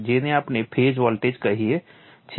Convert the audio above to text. જેને આપણે phase voltage કહીએ છીએ